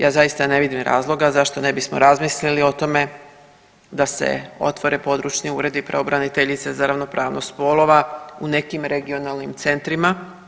Ja zaista ne vidim razloga zašto ne bismo razmislili o tome da se otvore područni uredi pravobraniteljice za ravnopravnost spolova u nekim regionalnim centrima.